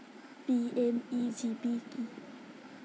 PMEGP কি?